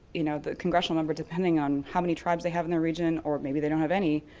you know, the congressional number, depending on how many tribes they have in their region, or maybe they don't have any,